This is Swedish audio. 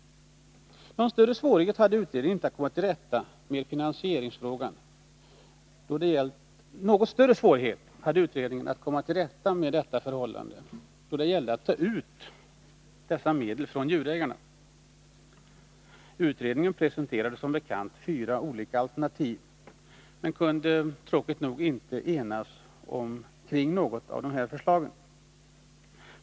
Något större svårigheter hade utredningen att komma till rätta med finansieringsfrågan då det gällde sättet att ta ut dessa medel från djurägarna. Utredningen presenterade som bekant fyra olika alternativ, men kunde tråkigt nog inte enas kring något av dessa.